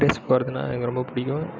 race போகிறதுனா எனக்கு ரொம்ப பிடிக்கும்